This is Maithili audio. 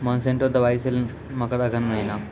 मोनसेंटो दवाई सेल मकर अघन महीना,